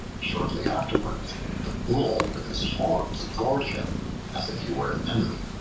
shortly afterwards the bull with his horns gored him as if he were an enemy.